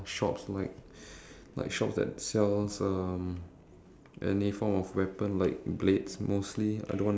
prefer like those weapons like blades at most they will just break and then I can maybe reuse that broken part and stuff